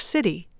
City